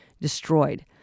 destroyed